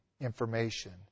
information